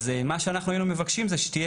אז מה שאנחנו היינו מבקשים שזה שתהיה